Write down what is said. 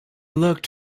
looked